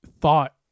thought